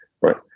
right